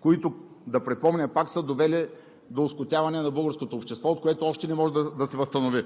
които, да припомня пак, са довели до оскотяване на българското общество, от което още не може да се възстанови.